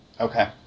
Okay